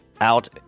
out